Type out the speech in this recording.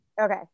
okay